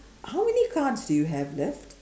how many cards do you have left